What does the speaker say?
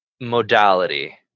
modality